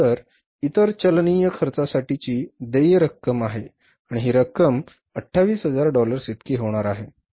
त्यानंतर इतर चलनीय खर्चासाठीची देय रक्कम आहे आणि ही रक्कम 28000 डॉलर्स इतकी होणार आहे